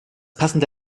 passende